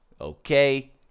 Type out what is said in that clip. okay